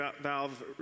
valve